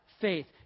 faith